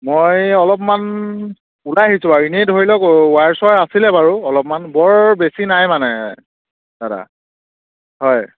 মই অলপমান ওলাই আহিছোঁ আৰু এনেই ধৰি লওক ৱাইৰ চৱাইৰ আছিলে বাৰু অলপমান বৰ বেছি নাই মানে দাদা হয়